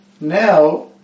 now